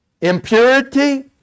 impurity